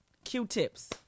Q-tips